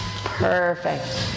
Perfect